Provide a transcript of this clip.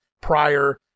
prior